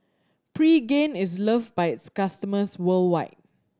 Pregain is loved by its customers worldwide